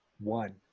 One